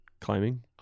climbing